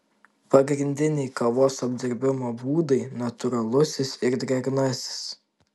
pagrindiniai kavos apdirbimo būdai natūralusis ir drėgnasis